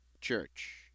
church